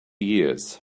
years